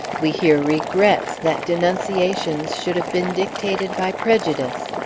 we hear regrets that denunciations should have been dictated by prejudice.